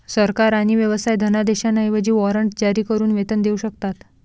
सरकार आणि व्यवसाय धनादेशांऐवजी वॉरंट जारी करून वेतन देऊ शकतात